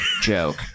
joke